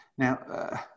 Now